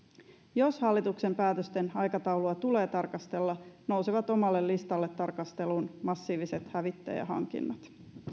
jos hallituksen päätösten aikataulua tulee tarkastella nousevat omalle listalle tarkasteluun massiiviset hävittäjähankinnat